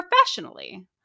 professionally